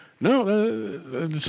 no